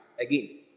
again